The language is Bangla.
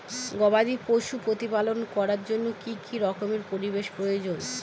গবাদী পশু প্রতিপালন করার জন্য কি রকম পরিবেশের প্রয়োজন?